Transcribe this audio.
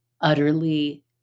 utterly